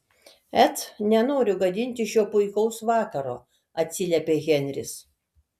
et nenoriu gadinti šio puikaus vakaro atsiliepė henris